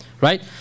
right